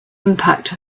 impact